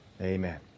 Amen